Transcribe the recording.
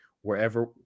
wherever